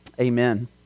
Amen